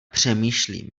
přemýšlím